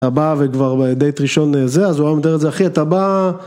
אתה בא וכבר דייט ראשון ה אז הוא היה מגדיר את זה אחי אתה בא...